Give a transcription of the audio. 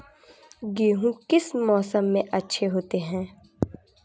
गेहूँ किस मौसम में अच्छे होते हैं?